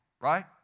right